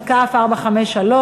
כ/453.